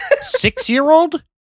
Six-year-old